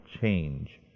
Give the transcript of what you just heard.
change